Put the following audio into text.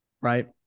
Right